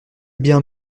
bien